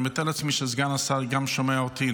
אני מתאר לעצמי שסגן השר גם שומע אותי,